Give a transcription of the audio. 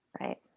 Right